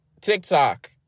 TikTok